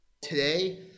Today